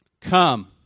Come